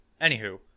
Anywho